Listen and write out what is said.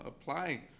apply